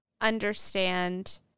understand